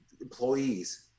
employees